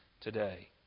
today